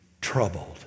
troubled